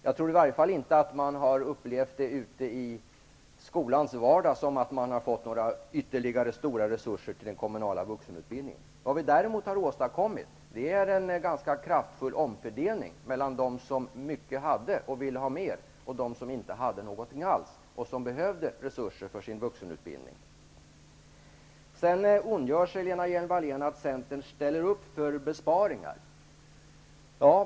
Jag tror inte att man ute i skolans vardag har upplevt det som att man har fått ytterligare stora resurser till den kommunala vuxenutbildningen. Däremot har vi åstadkommit en ganska kraftfull omfördelning från dem som mycket hade och ville ha mer, till dem som inte hade någonting alls och som behövde resurser för sin vuxenutbildning. Sedan ondgör sig Lena Hjelm-Wallén över att Centern ställer upp för besparingar.